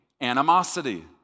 animosity